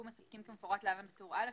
מספקים כמפורט להלן בטור היצף א',